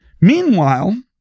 Meanwhile